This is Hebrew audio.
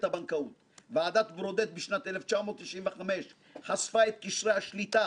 הבנקאות ועדת ברודט בשנת 1995 חשפה את קשרי השליטה